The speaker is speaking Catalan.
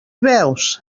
veus